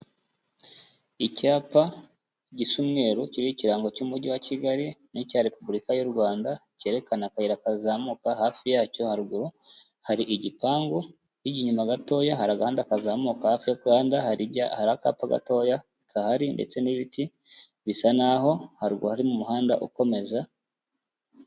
Icyapa gisa umweru kiriho ikirango cy'umujyi wa Kigali n'icya Repubulika y'u Rwanda cyerekana akayira kazamuka, hafi yacyo haruguru hari igipangu, wigiye inyuma gatoya hari agahanda kazamuka, hafi y'ako gahanda hari akapa gatoya gahari ndetse n'ibiti, bisa naho haruguru hari umuhanda ukomeza.